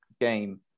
game